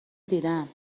دیدم